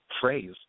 phrase